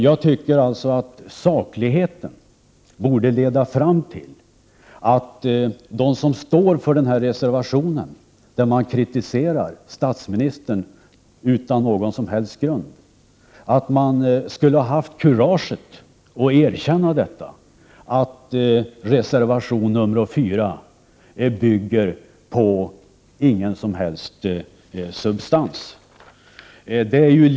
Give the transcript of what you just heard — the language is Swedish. Jag tycker att sakligheten borde leda fram till att de som står bakom reservation 4, där man kritiserar statsministern utan någon som helst grund, skulle ha haft kurage att erkänna att reservationen inte bygger på någon som helst substans.